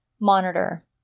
monitor